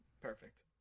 Perfect